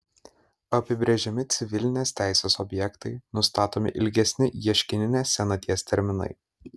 apibrėžiami civilinės teisės objektai nustatomi ilgesni ieškininės senaties terminai